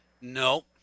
no